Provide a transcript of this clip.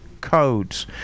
codes